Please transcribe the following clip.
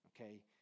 Okay